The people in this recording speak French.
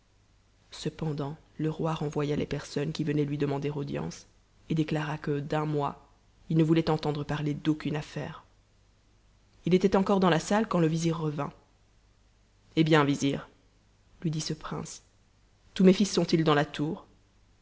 cependant le roi renvoya les personnes qui venaient lui demander audience et déclara que d'urt mois il ne voulait entendre parler d'aucune asaire h était encore dans la salle quand le vizir revint hé bien vizir lui dit ce prince tous mes fils sont-ils dans la tour